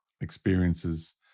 experiences